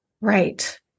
Right